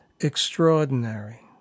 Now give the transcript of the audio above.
extraordinary